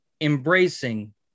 embracing